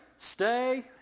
Stay